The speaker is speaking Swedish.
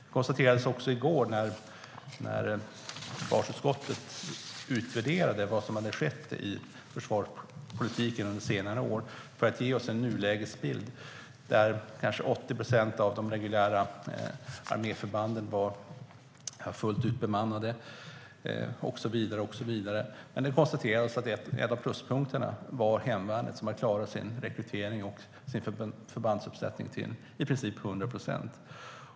Det konstaterades också i går när försvarsutskottet utvärderade vad som hade skett i försvarspolitiken under senare år. Nulägesbilden är att kanske 80 procent av de reguljära arméförbanden är fullt ut bemannade och så vidare. Det konstaterades att en av pluspunkterna var hemvärnet, som hade klarat sin rekrytering och sin förbandsuppsättning till i princip 100 procent.